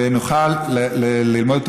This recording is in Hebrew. ונוכל ללמוד,